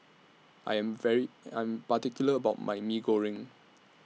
I Am very I'm particular about My Mee Goreng